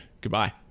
Goodbye